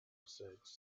research